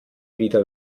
wieder